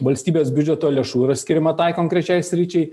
valstybės biudžeto lėšų yra skiriama tai konkrečiai sričiai